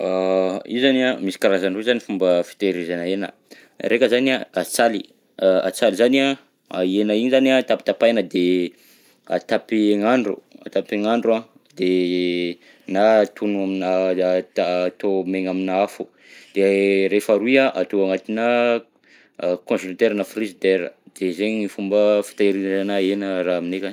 Io zany an, misy karazany roy zany fomba fitehirizana hena, ny raika zany an antsaly, a antsaly zany an, i hena iny zany an tapitapahina de atapy haign'andro, atapy haign'andro an de na atono aminà ata-atao maigna aminà afo de le faharoy an atao anatina congelateur na frizidera, dia zegny ny fomba fitehirizana hena raha aminay akany.